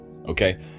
Okay